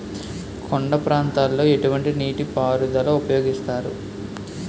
కొండ ప్రాంతాల్లో ఎటువంటి నీటి పారుదల ఉపయోగిస్తారు?